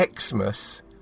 Xmas